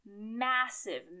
massive